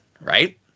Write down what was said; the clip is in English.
right